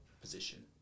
position